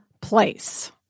place